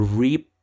reap